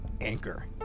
Anchor